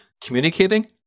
Communicating